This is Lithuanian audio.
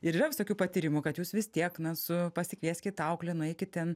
ir yra visokių patyrimų kad jūs vis tiek na su pasikvieskit auklę nueikit ten